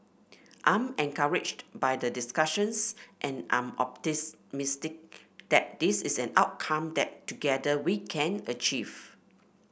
I'm encouraged by the discussions and I am optimistic that that is an outcome that together we can achieve